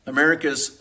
America's